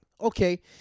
Okay